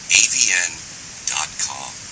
avn.com